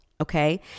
okay